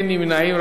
אין נמנעים.